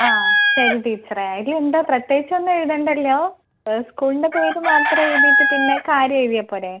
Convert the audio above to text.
ആ ശരി ടീച്ചറേ അതിൽ എന്താണ് പ്രത്യേകിച്ചൊന്നും എഴുതേണ്ടല്ലോ സ്കൂളിൻ്റെ പേര് മാത്രം എഴുതിയിട്ട് പിന്നെ കാര്യം എഴുതിയാൽ പോരേ